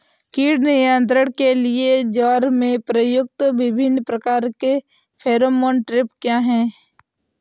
कीट नियंत्रण के लिए ज्वार में प्रयुक्त विभिन्न प्रकार के फेरोमोन ट्रैप क्या है?